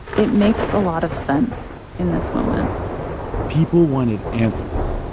it makes a lot of sense in this moment people wanted answers,